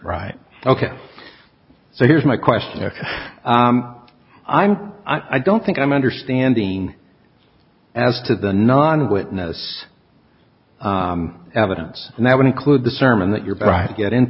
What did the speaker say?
right ok so here's my question i'm i don't think i'm understanding as to the non witness evidence and that would include the sermon that you're bright get in